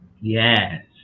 Yes